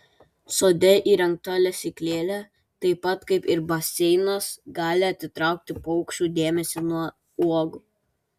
sode įrengta lesyklėlė taip pat kaip ir baseinas gali atitraukti paukščių dėmesį nuo uogų